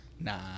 nah